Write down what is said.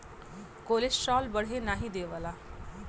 cholesterol बढ़े नाही देवला